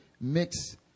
mix